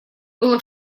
было